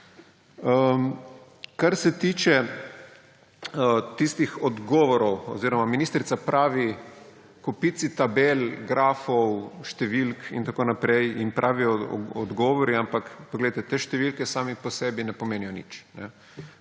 Kar se tiče tistih odgovorov … Oziroma ministrica pravi kopici tabel grafov, številk in tako naprej jim pravi odgovori … Ampak poglejte, te številke same po sebi ne pomenijo nič.